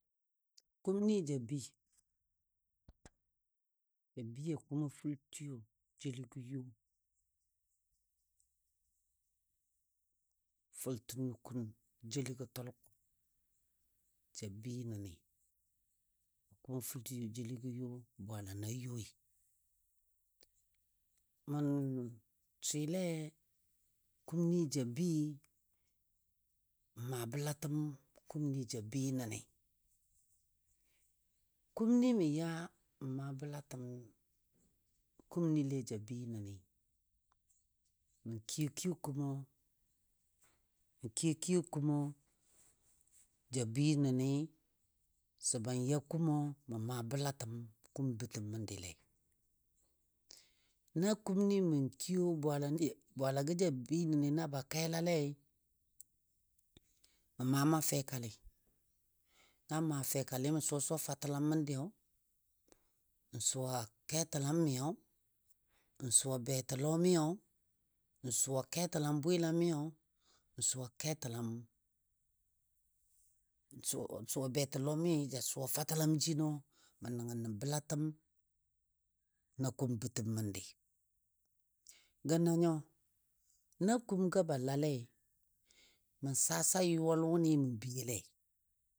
Kumnɨ ja bəi, ja bəi a kumə fʊltiyo jeligo yo fʊltə nukun jeligo tʊlkʊb ja bəi nənɨ. Kumɔ fʊltiyo jeligɔ yo bwaala na yoi. Mən swɨle kumanɨ ja bəi n maa bəlatəm kumnɨ ja bəi nənɨ. Kumnɨ mə ya mə maa bəlatəm kumnɨle ja bəi nənɨ mə kiyo kiyo Kumo mə kiyo kiyo kumə ja bəi nənɨ sə ban ya kumə mə maa bəlatəm kum bətəm məndile. Na kumnɨ mə kiyo bwaalanɨ bwaalagɔ ja bəi nənɨ na ba kelalei mə maa maa fɛkalɨ, nan maa fɛkalɨ mə suwa suwa fatəlam məndiyo, n suwa ketəlam miyo, n suwa betəlɔmiyo, n suwa ketəlam bwɨlamiyo n suwa betilɔmi ja suwa, fatəlam jino mən nəngnɔ bəlatəm na kum bətəm məndiyo. Gənanyo na kumgɔ ba lalei, mə saa saa yʊwal wʊ nɨmən biyolei.